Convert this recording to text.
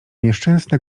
nieszczęsne